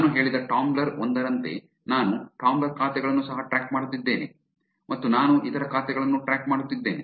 ನಾನು ಹೇಳಿದ ಟಾಂಬ್ಲ್ರ್ ಒಂದರಂತೆ ನಾನು ಟಾಂಬ್ಲ್ರ್ ಖಾತೆಗಳನ್ನು ಸಹ ಟ್ರ್ಯಾಕ್ ಮಾಡುತ್ತಿದ್ದೇನೆ ಮತ್ತು ನಾನು ಇತರ ಖಾತೆಗಳನ್ನು ಟ್ರ್ಯಾಕ್ ಮಾಡುತ್ತಿದ್ದೇನೆ